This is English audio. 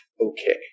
okay